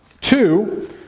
Two